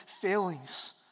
failings